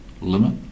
limit